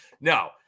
No